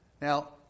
Now